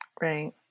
Right